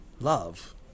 love